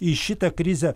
į šitą krizę